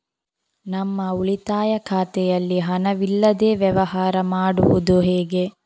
ನಮ್ಮ ಉಳಿತಾಯ ಖಾತೆಯಲ್ಲಿ ಹಣವಿಲ್ಲದೇ ವ್ಯವಹಾರ ಮಾಡುವುದು ಹೇಗೆ?